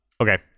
okay